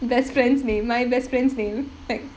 best friend's name my best friend's name like